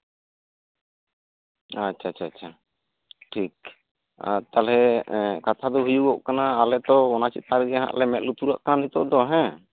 ᱟᱪᱪᱷᱟᱼᱟᱪᱪᱷᱟ ᱴᱷᱤᱠ ᱛᱟᱦᱚᱞᱮ ᱠᱟᱛᱷᱟ ᱫᱚ ᱦᱩᱭᱩᱜ ᱠᱟᱱᱟ ᱟᱞᱮ ᱛᱚ ᱚᱱᱟ ᱪᱮᱛᱟᱱ ᱨᱮᱜᱮᱞᱮ ᱢᱮᱫ ᱞᱩᱛᱩᱨᱟᱜ ᱠᱟᱱᱟ ᱱᱤᱛᱚᱜ ᱫᱚ